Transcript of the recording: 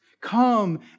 Come